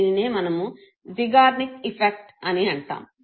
దీనినే మనము జిగ్నర్నిక్ ప్రభావం అని అంటాము